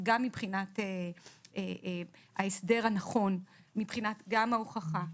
גם מבחינת ההסדר הנכון מבחינת גם ההוכחה,